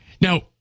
Now